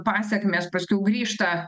pasekmės paskiau grįžta